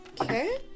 Okay